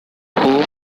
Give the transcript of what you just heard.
who